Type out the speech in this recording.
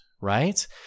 right